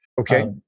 Okay